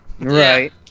Right